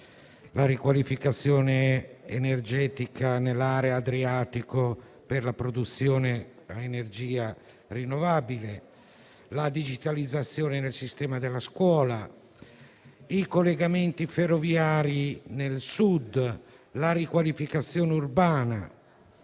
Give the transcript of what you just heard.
la riqualificazione energetica nell'area adriatica per la produzione di energia rinnovabile, la digitalizzazione del sistema della scuola, i collegamenti ferroviari nel Sud, la riqualificazione urbana.